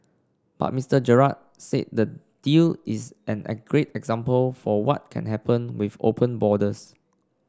but Mister Gerard said the deal is an a great example for what can happen with open borders